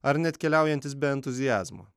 ar net keliaujantis be entuziazmo